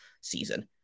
season